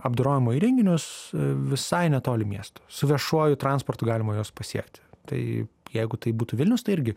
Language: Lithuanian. apdorojimo įrenginius visai netoli miesto su viešuoju transportu galima juos pasiekti tai jeigu tai būtų vilnius tai irgi